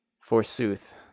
Forsooth